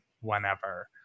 whenever